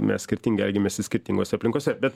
mes skirtingai elgiamės skirtingose aplinkose bet